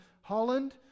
Holland